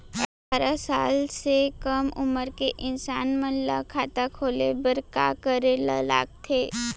अट्ठारह साल से कम उमर के इंसान मन ला खाता खोले बर का करे ला लगथे?